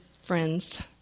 friends